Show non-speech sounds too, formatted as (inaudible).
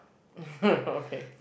(laughs) okay